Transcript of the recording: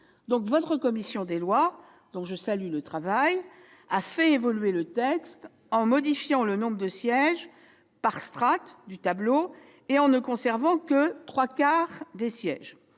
La commission des lois du Sénat, dont je salue le travail, a donc fait évoluer le texte, en modifiant le nombre de sièges par strate du tableau et en ne conservant que trois quarts des sièges.